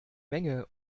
menge